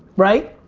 right?